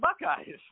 Buckeyes